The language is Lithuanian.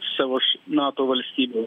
savus nato valstybių